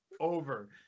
over